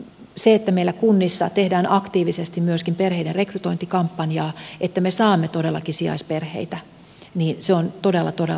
se että meillä kunnissa tehdään aktiivisesti myöskin perheiden rekrytointikampanjaa että me saamme todellakin sijaisperheitä on todella todella tärkeää